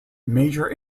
major